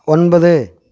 ஒன்பது